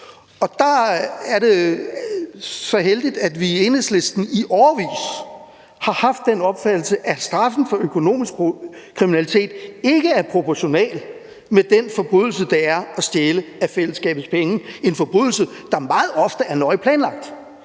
og der er det så heldigt, at vi i Enhedslisten i årevis har haft den opfattelse, at straffen for økonomisk kriminalitet ikke er proportional med den forbrydelse, det er at stjæle af fællesskabets penge – en forbrydelse, der meget ofte er nøje planlagt